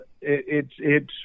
it's—it's